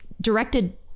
directed